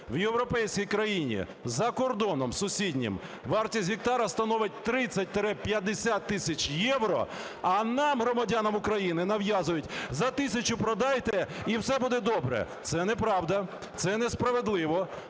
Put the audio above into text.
в європейській країні, за кордоном сусіднім, вартість гектару становить 30-50 тисяч євро, а нам, громадянам України, нав'язують за тисячу продайте, і все буде добре. Це неправда, це несправедливо.